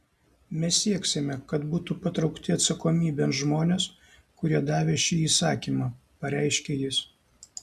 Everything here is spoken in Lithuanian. mes sieksime kad būtų patraukti atsakomybėn žmonės kurie davė šį įsakymą pareiškė jis